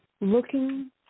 Looking